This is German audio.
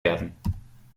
werden